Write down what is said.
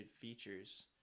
features